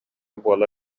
буола